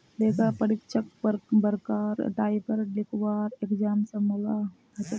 लेखा परीक्षकक बरका टाइपेर लिखवार एग्जाम संभलवा हछेक